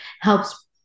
helps